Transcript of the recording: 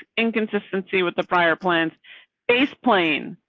inconsistency with the prior plants a plane.